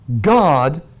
God